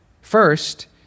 First